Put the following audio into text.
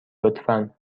لطفا